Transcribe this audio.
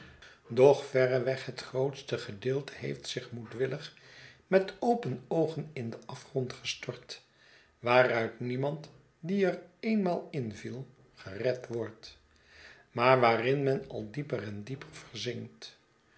doch verreweg het grootste gedeelte heeft zich moedwillig met open oogen in den afgrond gestort waaruit niemand die er eenmaal in viel gered wordt maar waarin men al dieper en dieper